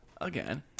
again